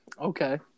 Okay